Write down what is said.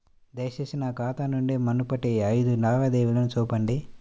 దయచేసి నా ఖాతా నుండి మునుపటి ఐదు లావాదేవీలను చూపండి